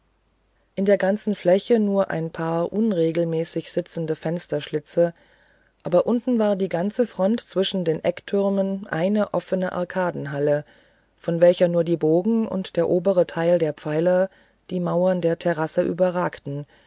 in der ganzen fläche nur ein paar unregelmäßig sitzende fensterschlitze aber unten war die ganze front zwischen den ecktürmen eine offene arkadenhalle von welcher nur die bogen und der obere teil der pfeiler die mauer der terrasse überragten